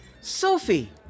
Sophie